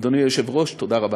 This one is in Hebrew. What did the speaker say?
אדוני היושב-ראש, תודה רבה.